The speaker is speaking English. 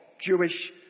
Jewish